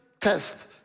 test